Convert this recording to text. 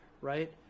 right